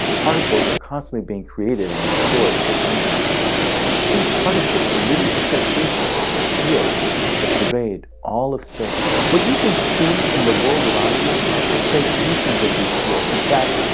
particles are constantly being created and destroyed in this emptiness. but these particles are really excitations of fields that pervade all of space. what you can see in the world around you are excitations of these fields. in fact,